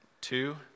Two